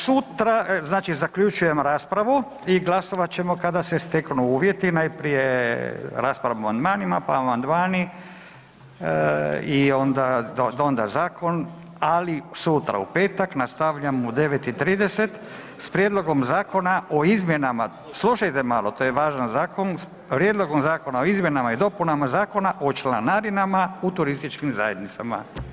Sutra, znači zaključujem raspravu i glasovat ćemo kada se steknu uvjeti, najprije raspravljamo o amandmanima, pa amandmani i onda zakona, ali sutra u petak nastavljamo u 9 i 30 s prijedlogom zakona o izmjenama, slušajte malo to je važan zakon, s Prijedlogom Zakona o izmjenama i dopunama Zakona o članarinama u turističkim zajednicama.